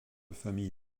famille